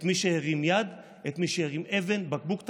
את מי שהרים יד, את מי שהרים אבן, בקבוק תבערה,